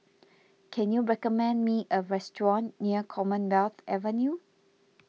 can you recommend me a restaurant near Commonwealth Avenue